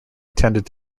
intended